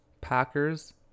Packers